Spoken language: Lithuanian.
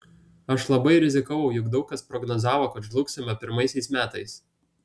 aš labai rizikavau juk daug kas prognozavo kad žlugsime pirmaisiais metais